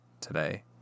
today